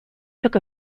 took